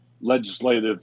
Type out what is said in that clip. legislative